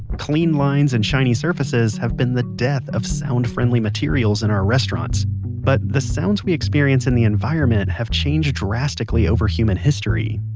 clean lines and shiny surfaces have been the death of sound-friendly materials in our restaurants but the sounds we experience in the environment have changed drastically over human history.